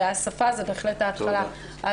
והשפה היא בהחלט ההתחלה.